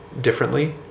differently